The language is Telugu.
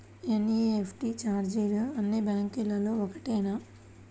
ఎన్.ఈ.ఎఫ్.టీ ఛార్జీలు అన్నీ బ్యాంక్లకూ ఒకటేనా?